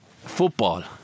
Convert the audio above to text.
football